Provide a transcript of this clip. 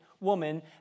woman